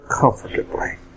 comfortably